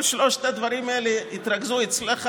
כל שלושת הדברים האלה התרכזו אצלך.